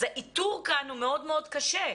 אז האיתור כאן הוא מאוד מאוד קשה.